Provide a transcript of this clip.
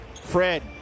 Fred